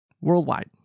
worldwide